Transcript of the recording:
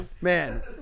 Man